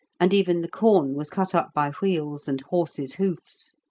and even the corn was cut up by wheels and horses' hoofs.